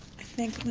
i think,